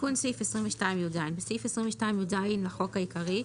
תיקון סעיף11.בסעיף 22 יז לחוק העיקרי,